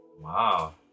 Wow